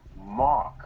mark